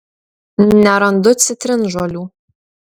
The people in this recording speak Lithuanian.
nerandu citrinžolių